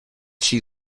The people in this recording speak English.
she